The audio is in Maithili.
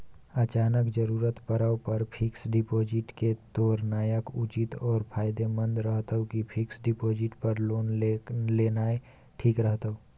अचानक जरूरत परै पर फीक्स डिपॉजिट के तोरनाय उचित आरो फायदामंद रहतै कि फिक्स डिपॉजिट पर लोन लेनाय ठीक रहतै?